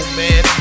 man